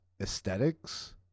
aesthetics